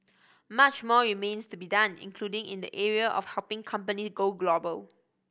much more remains to be done including in the area of helping companies go global